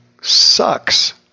sucks